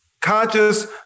conscious